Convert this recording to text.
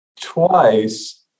twice